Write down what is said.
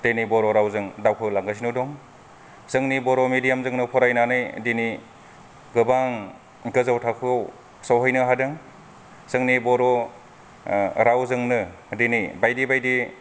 दिनै बर' रावजों दावखौलांगासिनो दं जोंनि बर' मिडियामजोंनो फरायनानै दिनै गोबां गोजौ थाखोआव सोहैनो हादों जोंनि बर' रावजोंनो दिनै बायदि बायदि